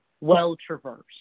well-traversed